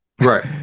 right